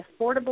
Affordable